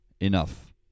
enough